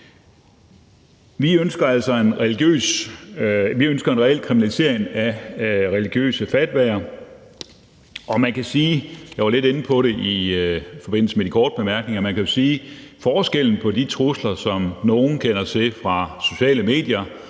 Vi ønsker altså en reel kriminalisering af religiøse fatwaer, og man kan jo sige – jeg var lidt inde på det i forbindelse med de korte bemærkninger – at forskellen på de trusler, som nogle kender til fra sociale medier,